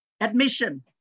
admission